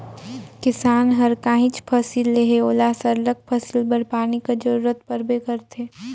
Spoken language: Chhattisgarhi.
किसान हर काहींच फसिल लेहे ओला सरलग फसिल बर पानी कर जरूरत परबे करथे